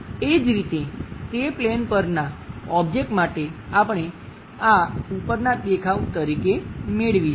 એ જ રીતે તે પ્લેન પરના ઓબ્જેક્ટ માટે આપણે આ ઉપરનાં દેખાવ તરીકે મેળવીશું